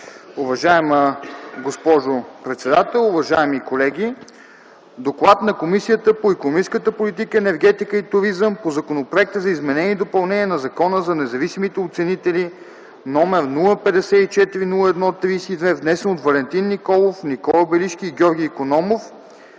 Уважаема госпожо председател, уважаеми колеги! „ДОКЛАД на Комисията по икономическата политика, енергетика и туризъм по Законопроект за изменение и допълнение на Закона за независимите оценители № 054-01-32, внесен от Валентин Николов, Никола Белишки и Георги Икономов